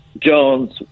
Jones